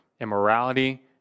immorality